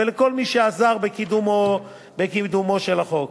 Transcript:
ולכל מי שעזר בקידומו של החוק.